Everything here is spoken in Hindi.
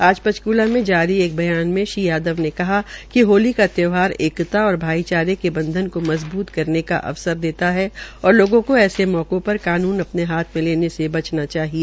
आज पंचकुला में जारी एक बयान में श्री यादव ने कहा कि होली का त्यौहार एकता और भाईचारे के बंधन को मजबूत करने का अवसर देता है और लोगों की ऐसे मौके पर कानून अपने हाथ में लेने से बचना चाहिए